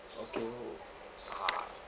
orh who~ ah